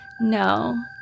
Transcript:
no